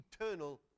eternal